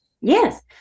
Yes